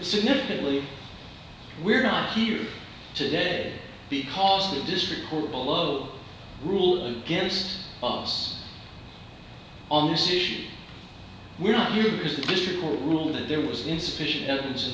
significantly we're not here today because the district court will load rule against us on this issue we're not you because the district will rule that there was insufficient evidence in